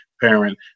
parent